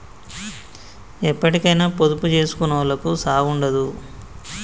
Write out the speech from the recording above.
ఎప్పటికైనా పొదుపు జేసుకునోళ్లకు సావుండదు